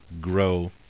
grow